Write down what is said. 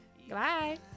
Goodbye